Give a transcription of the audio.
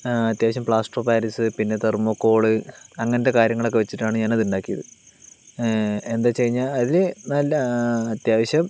അത്യാവശ്യം plaster of Paris പിന്നെ thermocol അങ്ങനത്തെ കാര്യങ്ങളൊക്കെ വച്ചിട്ടാണ് ഞാൻ അത് ഉണ്ടാക്കിയത് എന്താണെന്നു വച്ചുകഴിഞ്ഞാൽ അതിൽ നല്ല അത്യാവശ്യം